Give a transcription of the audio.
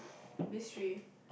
mystery